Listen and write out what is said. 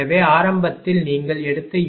எனவே ஆரம்பத்தில் நீங்கள் எடுத்த யூனிட்டுக்கு 0